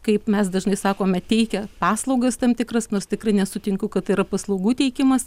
kaip mes dažnai sakome teikia paslaugas tam tikras nors tikrai nesutinku kad tai yra paslaugų teikimas